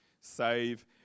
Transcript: save